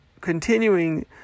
continuing